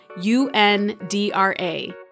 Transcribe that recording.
U-N-D-R-A